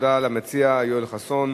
תודה למציע יואל חסון.